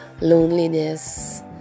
loneliness